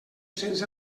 cens